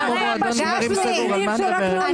אתה צריך לבין שאני לא אוותר לכם עד שתעשו את זה.